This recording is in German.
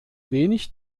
wenig